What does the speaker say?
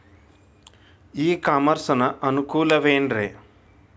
E commerce ನ ಅನುಕೂಲವೇನ್ರೇ?